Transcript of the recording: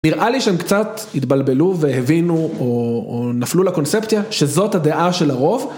נראה לי שהם קצת התבלבלו והבינו או נפלו לקונספציה שזאת הדעה של הרוב.